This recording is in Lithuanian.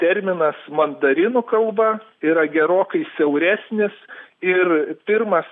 terminas mandarinų kalba yra gerokai siauresnis ir pirmas